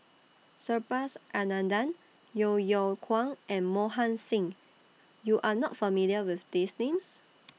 Subhas Anandan Yeo Yeow Kwang and Mohan Singh YOU Are not familiar with These Names